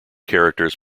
characters